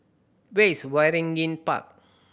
where is Waringin Park